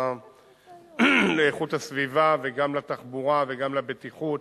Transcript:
איכות הסביבה וגם לתחבורה וגם לבטיחות,